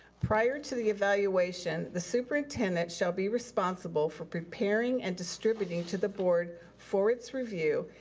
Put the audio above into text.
prior to the evaluation, the superintendent shall be responsible for preparing and distributing to the board for its review,